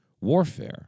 warfare